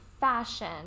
fashion